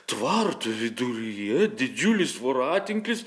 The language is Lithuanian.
tvarto viduryje didžiulis voratinklis